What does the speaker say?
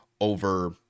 over